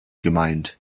gemeint